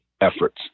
efforts